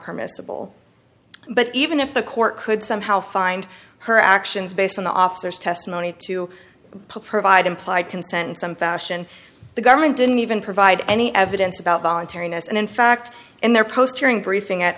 permissible but even if the court could somehow find her actions based on the officer's testimony to provide implied consent some fashion the government didn't even provide any evidence about voluntariness and in fact in their post hearing briefing at